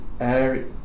air